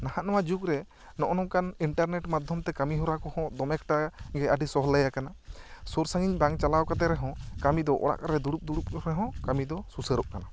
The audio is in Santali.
ᱱᱟᱦᱟᱜ ᱱᱚᱣᱟ ᱡᱩᱜᱽ ᱨᱮ ᱱᱚᱜ ᱱᱚᱝᱠᱟᱱ ᱤᱱᱴᱟᱨᱱᱮᱴ ᱢᱟᱫᱷᱚᱢ ᱛᱮ ᱠᱟᱹᱢᱤ ᱦᱚᱨᱟ ᱠᱚᱦᱚᱸ ᱫᱚᱢᱮ ᱮᱠᱴᱟ ᱜᱮ ᱟᱹᱰᱤ ᱥᱚᱦᱚᱞᱮ ᱟᱠᱟᱱᱟᱥᱩᱨ ᱥᱟ ᱜᱤᱧ ᱵᱟᱝ ᱪᱟᱞᱟᱣ ᱠᱟᱛᱮ ᱨᱮᱦᱚᱸ ᱠᱟᱹᱢᱤ ᱫᱚ ᱚᱲᱟᱜ ᱨᱮ ᱫᱩᱲᱩᱵ ᱨᱮᱦᱚᱸ ᱠᱟᱹᱢᱤ ᱫᱚ ᱥᱩᱥᱟᱹᱨᱚᱜ ᱠᱟᱱᱟ